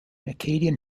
acadian